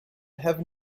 have